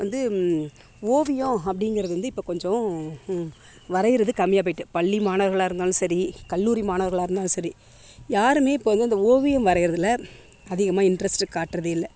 வந்து ஓவியம் அப்படிங்கிறது வந்து இப்போ கொஞ்சம் வரையறது கம்மியாக போய்ட்டு பள்ளி மாணவர்களாக இருந்தாலும் சரி கல்லூரி மாணவர்களாக இருந்தாலும் சரி யாருமே இப்போ வந்து அந்த ஓவியம் வரையறதில்லை அதிகமாக இன்ட்ரெஸ்ட் காட்டுறதே இல்லை